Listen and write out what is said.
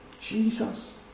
Jesus